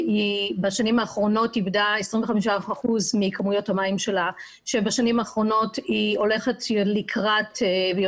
שהיא בשנים האחרונות איבדה 25% מכמויות המים שלה והיא יודעת שבשנים